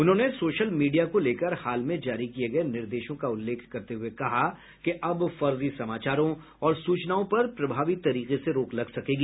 उन्होंने social media को लेकर हाल में जारी किये गये निर्देशों का उल्लेख करते हुए कहा कि अब फर्जी समाचारों और सूचनाओं पर प्रभावी तरीके से रोक लग सकेगी